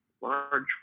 Large